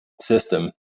system